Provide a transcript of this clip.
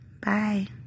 Bye